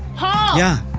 paul? yeah